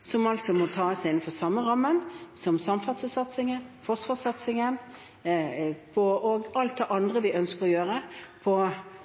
som altså må tas innenfor den samme rammen som samferdselssatsingen, forsvarssatsingen og alt det andre vi ønsker å gjøre, på